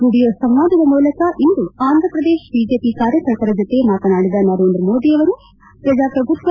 video ಸಂವಾದದ ಮೂಲಕ ಇಂದು Andhra Pradesh BJP ಕಾರ್ಯಕರ್ತರ ಜೊತೆ ಮಾತನಾಡಿದ ನರೇಂದ್ರಮೋದಿ ಅವರು ಪ್ರಜಾಪ್ರಭುತ್ವ